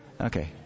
Okay